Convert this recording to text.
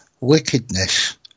wickedness